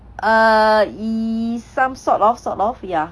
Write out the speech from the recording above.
err is some sort of sort of ya